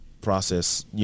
process